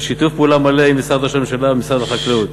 בשיתוף פעולה מלא עם משרד ראש הממשלה ועם משרד החקלאות.